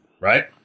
right